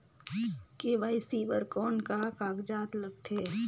KYC बर कौन का कागजात लगथे?